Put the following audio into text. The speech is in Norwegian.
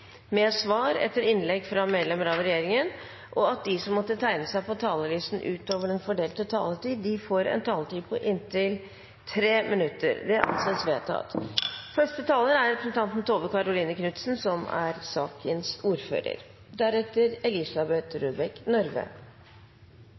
med svar etter innlegg fra medlemmer av regjeringen innenfor den fordelte taletid, og at de som måtte tegne seg på talerlisten utover den fordelte taletid, får en taletid på inntil 3 minutter. – Det anses vedtatt. Representanten Tone Wilhelmsen Trøen får ordet på vegne av sakens ordfører,